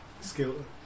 skill